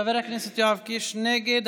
חבר הכנסת יואב קיש, נגד.